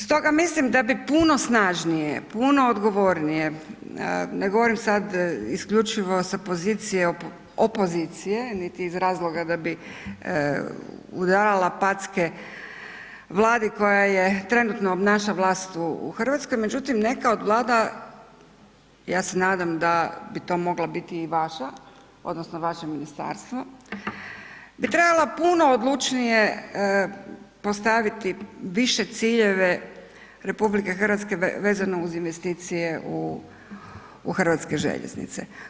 Stoga mislim da bi puno snažnije, puno odgovornije, ne govorim sad isključivo sa pozicije opozicije niti iz razloga da bih udarala packe Vladi koja je, trenutno obnaša vlast u Hrvatskoj, međutim, neka od Vlada, ja se nadam da bi to mogla biti i vaša, odnosno vaše ministarstvo bi trebala puno odlučnije postaviti više ciljeve RH vezano uz investicije u Hrvatske željeznice.